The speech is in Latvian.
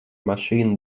mašīnu